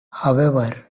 however